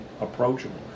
approachable